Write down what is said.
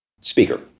speaker